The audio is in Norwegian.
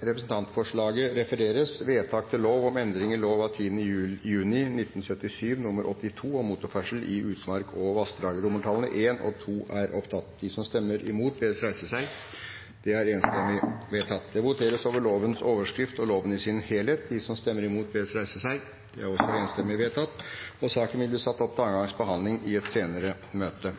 Representantforslaget tas opp til votering. Forslaget lyder: «Vedtak til lov om endring i lov 10. juni 1977 nr. 82 om motorferdsel i utmark og vassdrag I I lov 10 juni 1977 nr. 82 om motorferdsel i utmark og vassdrag gjøres følgende endring: Det voteres over lovens overskrift og loven i sin helhet. Saken vil bli satt opp til andre gangs behandling i et senere møte.